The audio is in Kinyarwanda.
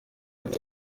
ati